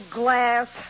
glass